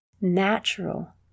natural